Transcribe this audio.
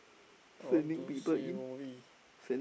I want to see movie